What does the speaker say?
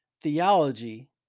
Theology